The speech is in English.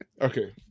Okay